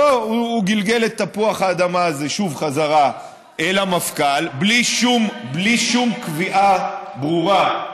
הוא גלגל את תפוח האדמה הזה שוב חזרה אל המפכ"ל בלי שום קביעה ברורה,